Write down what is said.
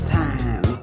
time